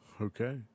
Okay